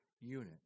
unit